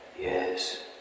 Yes